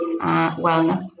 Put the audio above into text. wellness